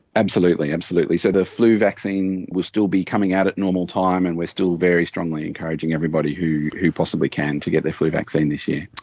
absolutely, absolutely. so the flu vaccine will still be coming out at normal time and we are still very strongly encouraging everybody who possibly can to get their flu vaccine this year.